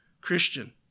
Christian